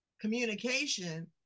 communication